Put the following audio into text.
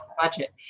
budget